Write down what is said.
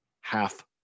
half